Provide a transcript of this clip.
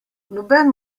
noben